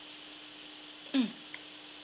mm